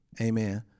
Amen